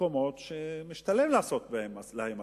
במקומות שמשתלם להם לעשות עסקים.